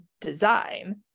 design